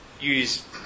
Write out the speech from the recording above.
use